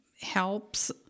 helps